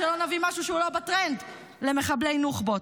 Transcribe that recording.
שלא נביא משהו שהוא לא בטרנד למחבלי נוח'בות.